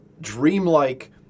dreamlike